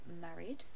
married